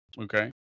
okay